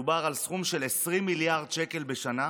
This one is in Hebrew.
מדובר על סכום של 20 מיליארד שקל בשנה